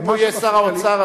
יהיה שר האוצר,